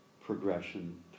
progression